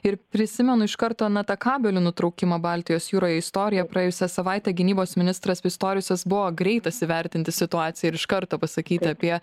ir prisimenu iš karto na tą kabelio nutraukimo baltijos jūroj istoriją praėjusią savaitę gynybos ministras pistoriusas buvo greitas įvertinti situaciją ir iš karto pasakyti apie